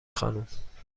خانم